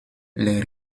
les